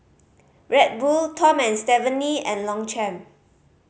Red Bull Tom Stephanie and Longchamp